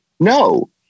No